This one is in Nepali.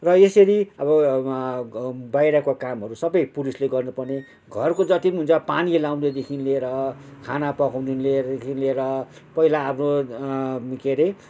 र यसरी अब ह बाहिरको कामहरू सबै पुरुषले गर्नुपर्ने घरको जति पनि हुन्छ पानी ल्याउनेदेखि लिएर खाना पकाउनु लिएदेखि लिएर पहिला अब के अरे